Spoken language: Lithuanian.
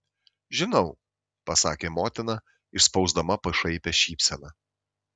žinau pasakė motina išspausdama pašaipią šypseną